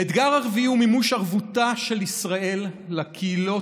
האתגר הרביעי הוא מימוש ערבותה של ישראל לקהילות